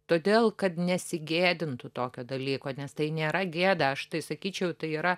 todėl kad nesigėdintų tokio dalyko nes tai nėra gėda aš tai sakyčiau tai yra